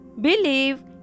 Believe